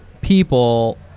people